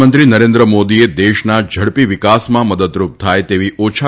પ્રધાનમંત્રી નરેન્દ્ર મોદીએ દેશના ઝડપી વિકાસમાં મદદરૂપ થાય તલ્લી ઓછા